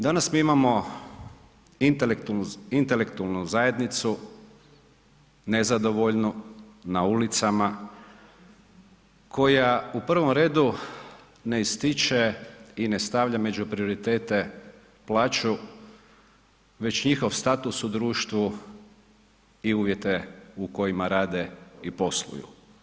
Danas mi imamo intelektualnu zajednicu nezadovoljnu, na ulicama koja u prvom redu ne ističe i ne stavlja među prioritete plaću već njihov status u društvu i uvjete u kojima rade i posluju.